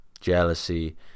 jealousy